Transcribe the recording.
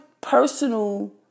personal